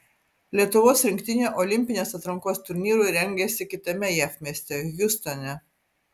lietuvos rinktinė olimpinės atrankos turnyrui rengiasi kitame jav mieste hjustone